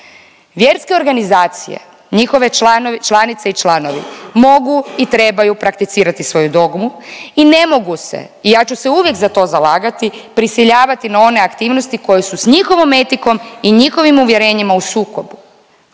Vjerske organizacije, njihove članice i članovi mogu i trebaj prakticirati svoju dogmu i ne mogu se i ja ću se uvijek za to zalagati prisiljavati na one aktivnosti koje su sa njihovom etikom i njihovim uvjerenjima u sukobu.